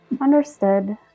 Understood